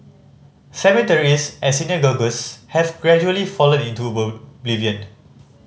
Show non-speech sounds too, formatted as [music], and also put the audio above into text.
cemeteries and synagogues have gradually fallen into [unintelligible]